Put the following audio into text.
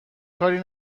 کاری